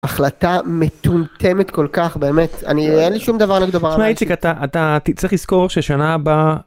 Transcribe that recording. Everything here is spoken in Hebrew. החלטה מטומטמת כל כך, באמת, אני אין לי שום דבר.. שמע איציק, אתה אתה תצטרך לזכור ששנה הבאה.